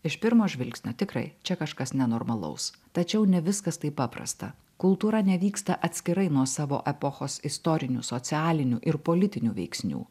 iš pirmo žvilgsnio tikrai čia kažkas nenormalaus tačiau ne viskas taip paprasta kultūra nevyksta atskirai nuo savo epochos istorinių socialinių ir politinių veiksnių